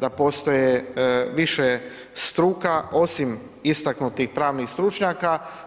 da postoji više struka osim istaknutih pravnih stručnjaka.